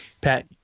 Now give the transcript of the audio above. Pat